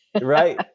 Right